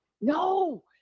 No